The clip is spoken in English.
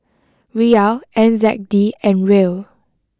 Riyal N Z D and Riel